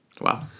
Wow